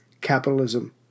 capitalism